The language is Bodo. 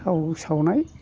थाव सावनाय